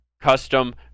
Custom